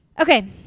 Okay